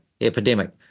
epidemic